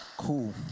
cool